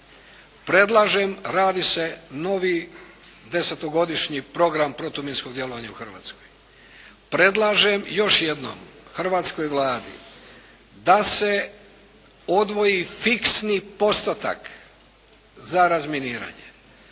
Predlažem, radi se novi desetogodišnji program protuminskog djelovanja u Hrvatskoj. Predlažem još jednom Hrvatskoj Vladi da se odvoji fiksni postotak za razminiranje,